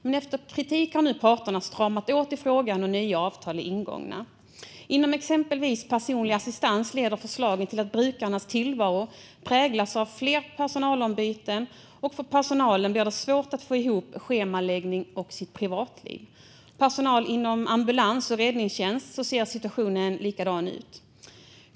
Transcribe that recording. Men efter kritik har parterna stramat åt i frågan, och nya avtal är ingångna. Inom exempelvis personlig assistans leder förslaget till att brukarnas tillvaro präglas av fler personalbyten, och för personalen blir det svårt med schemaläggning och privatliv. För personal inom ambulans och räddningstjänst ser situationen likadan ut.